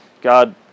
God